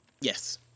Yes